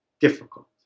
difficult